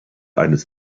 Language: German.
eines